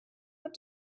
what